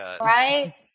Right